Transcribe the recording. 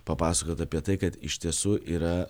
papasakot apie tai kad iš tiesų yra